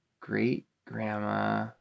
great-grandma